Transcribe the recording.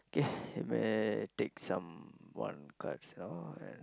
K you may take some one card and